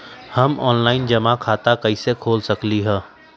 हम ऑनलाइन जमा खाता कईसे खोल सकली ह?